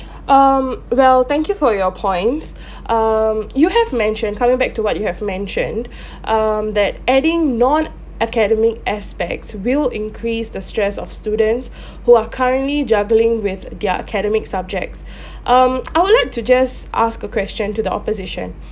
um well thank you for your points um you have mentioned coming back to what you have mentioned um that adding non academic aspects will increase the stress of students who are currently juggling with their academic subjects um I would like to just ask a question to the opposition